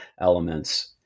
elements